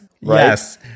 Yes